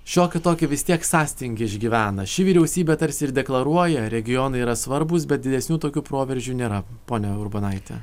šiokį tokį vis tiek sąstingį išgyvena ši vyriausybė tarsi ir deklaruoja regionai yra svarbūs bet didesnių tokių proveržių nėra ponia urbonaite